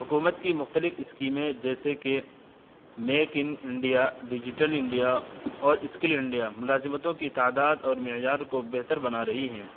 حکومت کی مختلف اسکیمیں جیسے کہ make in India digital India اور اسکل انڈیا ملازمتوں کی تعداد اور معیار کو بہتر بنا رہی ہیں